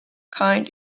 kind